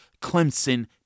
Clemson